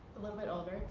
a little bit older.